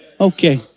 Okay